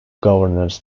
governors